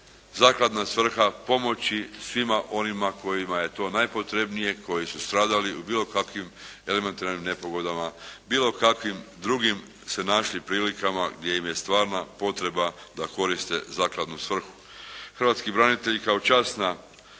zakladna svrha pomoći svima onima kojima je to najpotrebnije, koji su stradali u bilo kakvim elementarnim nepogodama, bilo kakvim drugim se našli prilikama gdje im je stvarna potreba da koriste zakladnu svrhu. Hrvatski branitelji kao časna